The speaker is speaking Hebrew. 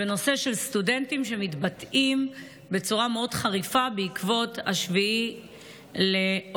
בנושא סטודנטים שמתבטאים בצורה מאוד חריפה בעקבות 7 באוקטובר.